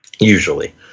Usually